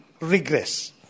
regress